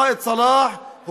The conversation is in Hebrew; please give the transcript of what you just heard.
ראאד סאלח,